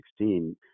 2016